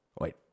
Wait